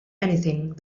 anything